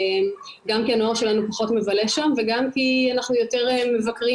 גם כי הנוער שלנו פחות מבלה שם וגם כי אנחנו יותר מבקרים